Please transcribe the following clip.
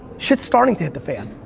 shit's starting to hit the fan.